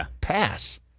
pass